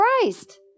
Christ